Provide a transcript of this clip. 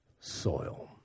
soil